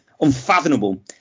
unfathomable